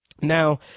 Now